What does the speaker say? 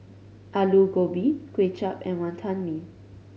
Aloo Gobi Kway Chap and Wantan Mee